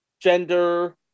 gender